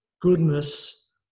goodness